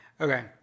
Okay